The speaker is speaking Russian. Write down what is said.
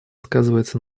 сказывается